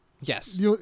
Yes